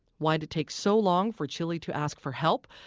why'd it take so long for chile to ask for help?